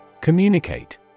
Communicate